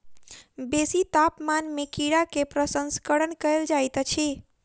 बेसी तापमान में कीड़ा के प्रसंस्करण कयल जाइत अछि